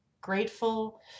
Grateful